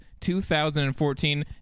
2014